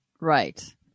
Right